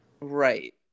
Right